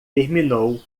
terminou